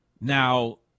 Now